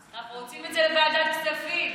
אנחנו רוצים את זה לוועדת הכספים.